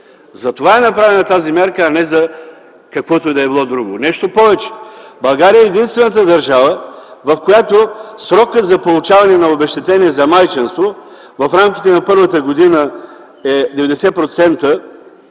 Затова е направена тази мярка, а не за каквото и да било друго. Нещо повече, България е единствената държава, в която срокът за получаване на обезщетение за майчинство в рамките на първата година е 90%